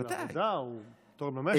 הוא יוצא לעבודה, הוא תורם למשק.